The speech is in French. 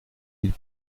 ils